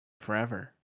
forever